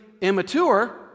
immature